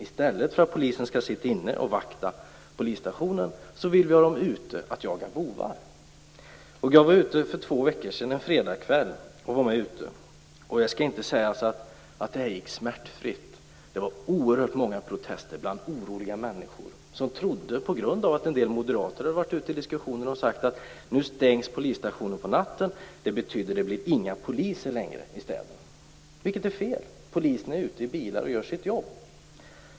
I stället för att poliser skall sitta inne och vakta på polisstationen vill vi ha dem ute för att jaga bovar. Jag var med ute för två veckor sedan en fredag kväll, och jag skall inte säga att det gick smärtfritt. Det var oerhört många protester bland oroliga människor som trodde på det en del moderater sagt i debatten, att stängs polisstationen på natten betyder det: inga poliser längre i städerna. Det är fel, poliser är ute i bilar och gör sitt jobb.